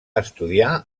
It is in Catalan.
estudiar